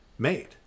made